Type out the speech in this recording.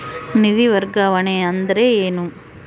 ನಿಧಿ ವರ್ಗಾವಣೆ ಅಂದರೆ ಏನು?